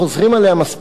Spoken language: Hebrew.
מאמינים בה,